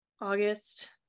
August